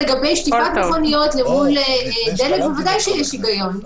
לגבי שטיפת מכוניות מול דלק ודאי שיש היגיון.